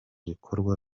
bikorwa